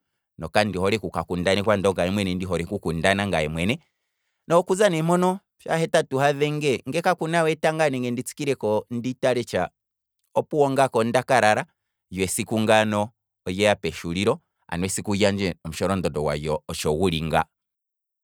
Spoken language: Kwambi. Na kandi hole okuka kundanekwa, ongaye mwene ndoole oku kundaneka ngaye mwene, nokuza ne mpono sha ohetatu hadhenge na kakuna we etanga, nenge ndi tsikileko ndi tale tsha, opuwo ngaaka ondaka lala, lyo esiku ngaaka olyeya peshuulilo, ano esiku lyandje nomusholondondo gwalyo otsho guli nga.